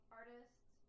artists